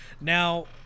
now